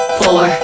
four